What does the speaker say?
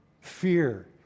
fear